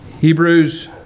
Hebrews